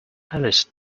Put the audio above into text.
alice